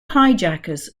hijackers